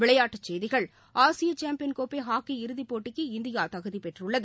விளையாட்டுச் செய்திகள் ஆசிய சாம்பியன் கோப்பை ஹாக்கி இறுதிப் போட்டிக்கு இந்தியா தகுதி பெற்றுள்ளது